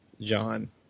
John